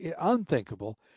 unthinkable